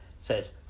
says